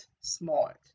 smart